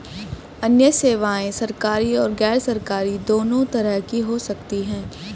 अन्य सेवायें सरकारी और गैरसरकारी दोनों तरह की हो सकती हैं